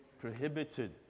prohibited